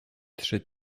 trzy